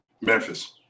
Memphis